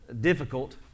difficult